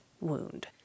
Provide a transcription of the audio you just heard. wound